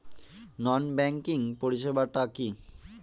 নন banking পরিষেবা টা কি?